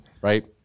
Right